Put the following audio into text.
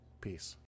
Peace